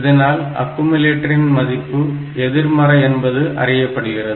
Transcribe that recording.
இதனால் ஆக்குமுலட்டரின் மதிப்பு எதிர்மறை என்பது அறியப்படுகிறது